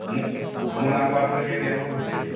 মোক মোৰ নাম্বাৰটো এতিয়া কেই নম্বৰত হৈছে এতিয়া